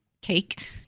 cake